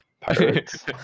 pirates